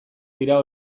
dira